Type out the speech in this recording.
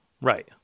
Right